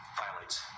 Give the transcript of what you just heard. violates